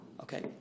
Okay